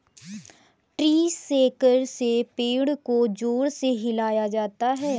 tree shaker से पेड़ को जोर से हिलाया जाता है